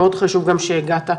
מאוד חשוב גם שהגעת.